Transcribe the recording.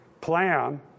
plan